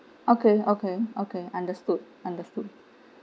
okay okay okay understood understood